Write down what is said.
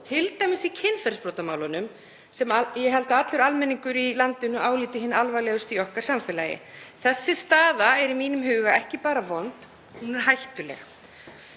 t.d. í kynferðisbrotamálunum, sem ég held að allur almenningur í landinu álíti hin alvarlegustu í okkar samfélagi. Þessi staða er í mínum huga ekki bara vond. Hún er hættuleg.